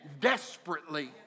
desperately